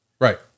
right